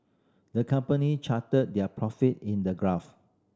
the company charted their profit in the graph